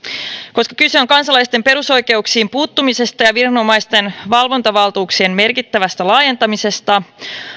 koska kyse on kansalaisten perusoikeuksiin puuttumisesta ja ja viranomaisten valvontavaltuuksien merkittävästä laajentamisesta